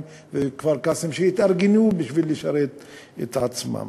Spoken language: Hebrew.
וכפר-קאסם שהתארגנו בשביל לשרת את עצמן.